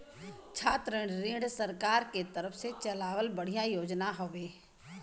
छात्र ऋण सरकार के तरफ से चलावल बढ़िया योजना हौवे